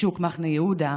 בשוק מחנה יהודה,